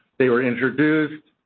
they were introduced,